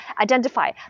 Identify